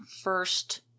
first